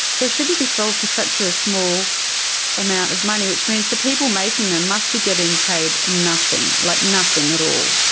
they shouldn't be sold for such a small amount of money, which means the people making them must be getting paid nothing. like nothing at all.